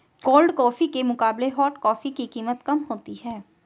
cold coffee के मुकाबले hot coffee की कीमत कम होती है